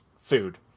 food